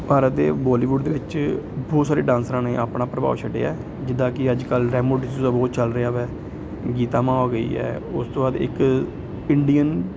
ਭਾਰਤ ਦੇ ਬੋਲੀਵੁੱਡ ਦੇ ਵਿੱਚ ਬਹੁਤ ਸਾਰੇ ਡਾਂਸਰਾਂ ਨੇ ਆਪਣਾ ਪ੍ਰਭਾਵ ਛੱਡਿਆ ਜਿੱਦਾਂ ਕਿ ਅੱਜ ਕੱਲ੍ਹ ਰੈਮੋ ਡਿਸੂਜਾ ਬਹੁਤ ਚੱਲ ਰਿਹਾ ਵਾ ਗੀਤਾ ਮਾਂ ਹੋ ਗਈ ਹੈ ਉਸ ਤੋਂ ਬਾਅਦ ਇੱਕ ਇੰਡੀਅਨ